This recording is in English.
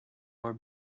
more